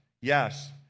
yes